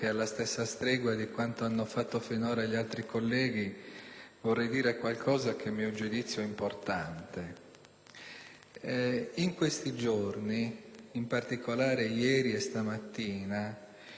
In questi giorni, in particolare ieri e questa mattina, il presidente del Consiglio dei ministri, onorevole Berlusconi, ha ritenuto di dover interferire